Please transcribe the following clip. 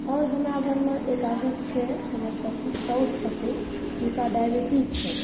आओर हमरा घरमे एक आदमी छै हमर साउस छथिन हुनका डायबीटीज छै